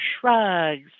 shrugs